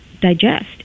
digest